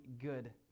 good